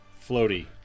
Floaty